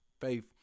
faith